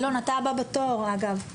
אלון, אתה הבא בתור, אגב.